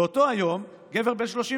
באותו היום גבר בן 33